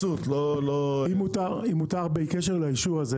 אמרנו לא יהיה באישור.